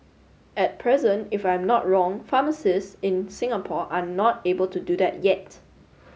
at present if I am not wrong pharmacists in Singapore are not able to do that yet